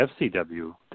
fcw